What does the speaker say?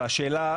והשאלה,